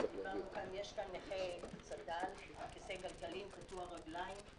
יש כאן נכה צד"ל על כיסא גלגלים, קטוע רגליים,